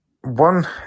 one